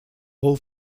all